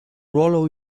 ruolo